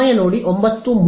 ಸಮಯ ನೋಡಿ 0903